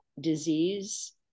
disease